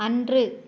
அன்று